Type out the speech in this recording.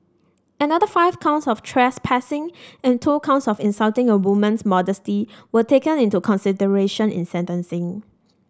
another five counts of trespassing and two counts of insulting a woman's modesty were taken into consideration in sentencing